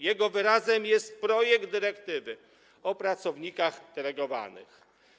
Jego wyrazem jest projekt dyrektywy o pracownikach delegowanych.